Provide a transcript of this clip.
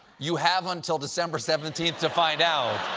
you have until december seventeen to find out.